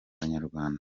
abanyarwanda